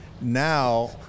now